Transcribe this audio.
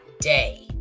Day